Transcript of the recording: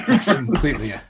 Completely